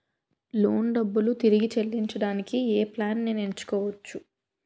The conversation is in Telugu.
లోన్ డబ్బులు తిరిగి చెల్లించటానికి ఏ ప్లాన్ నేను ఎంచుకోవచ్చు?